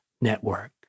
Network